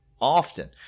often